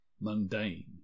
mundane